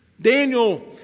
Daniel